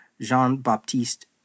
Jean-Baptiste